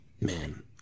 man